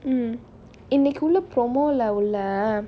mm இன்னைக்குள்ள:innaikulla promo~ leh